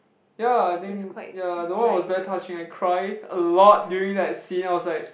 ya I think ya that one was very touching I cry a lot during that scene I was like